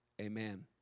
Amen